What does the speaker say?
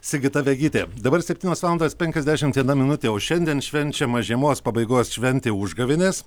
sigita vegytė dabar septynios valandos penkiasdešimt viena minutė o šiandien švenčiama žiemos pabaigos šventė užgavėnės